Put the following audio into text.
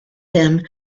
him